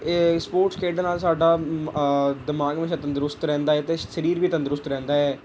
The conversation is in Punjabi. ਇਹ ਸਪੋਟਸ ਖੇਡਣ ਨਾਲ ਸਾਡਾ ਮ ਦਿਮਾਗ ਹਮੇਸ਼ਾ ਤੰਦਰੁਸਤ ਰਹਿੰਦਾ ਹੈ ਅਤੇ ਸਰੀਰ ਵੀ ਤੰਦਰੁਸਤ ਰਹਿੰਦਾ ਹੈ